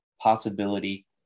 possibility